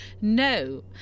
no